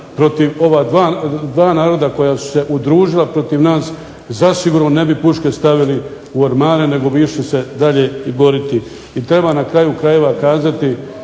protiv dva ova naroda koja su se udružila protiv nas zasigurno puške ne bi stavili u ormare nego bi išli dalje se boriti. I treba na kraju krajeva kazati,